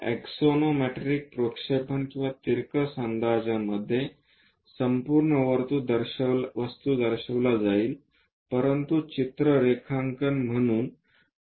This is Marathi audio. एक्सॉनोमेट्रिक प्रक्षेपण आणि तिरकस अंदाजांमध्ये संपूर्ण वस्तू दर्शविला जाईल परंतु चित्र रेखांकन म्हणून